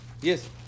Yes